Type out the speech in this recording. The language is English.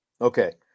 Okay